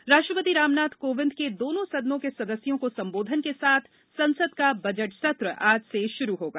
budget सत्र राष्ट्रपति रामनाथ कोविंद के दोनों सदनों के सदस्यों को संबोधन के साथ संसद का बजट सत्र आज से शुरू होगा